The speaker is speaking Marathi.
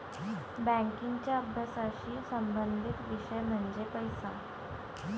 बँकिंगच्या अभ्यासाशी संबंधित विषय म्हणजे पैसा